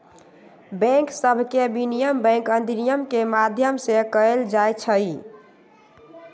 bank सभके विनियमन bank अधिनियम के माध्यम से कएल जाइ छइ